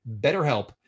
BetterHelp